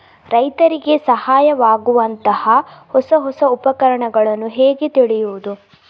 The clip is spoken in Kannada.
ರೈತರಿಗೆ ಸಹಾಯವಾಗುವಂತಹ ಹೊಸ ಹೊಸ ಉಪಕರಣಗಳನ್ನು ಹೇಗೆ ತಿಳಿಯುವುದು?